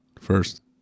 First